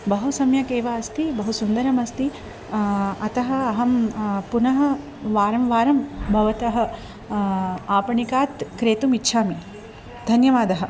बहु सम्यकेव अस्ति बहु सुन्दरमस्ति अतः अहं पुनः वारं वारं भवतः आपणात् क्रेतुं इच्छामि धन्यवादः